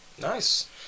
Nice